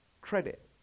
credit